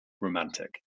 romantic